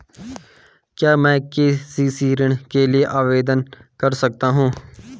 क्या मैं के.सी.सी ऋण के लिए आवेदन कर सकता हूँ?